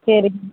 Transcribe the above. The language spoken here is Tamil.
சரிங்க